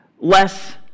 less